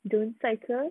join cycle